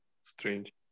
Strange